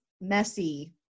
messy